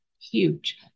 huge